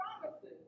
promises